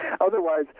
Otherwise